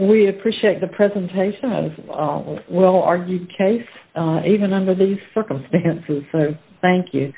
we appreciate the presentation of this well argued case even under these circumstances thank you